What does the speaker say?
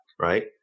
right